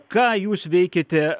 ką jūs veikėte